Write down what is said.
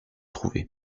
trouver